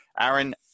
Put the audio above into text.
Aaron